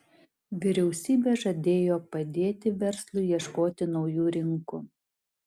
vyriausybė žadėjo padėti verslui ieškoti naujų rinkų